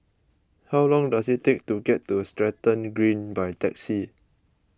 how long does it take to get to Stratton Green by taxi